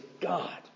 God